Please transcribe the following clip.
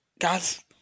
Guys